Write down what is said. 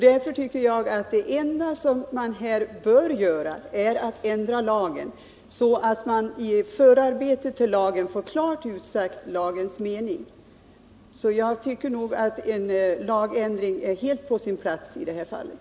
Därför tycker jag att det enda som man bör göra är att ändra lagen, så att man i förarbetena till lagen får klart utsagt lagens mening. En lagändring är enligt min uppfattning helt på sin plats i det här fallet.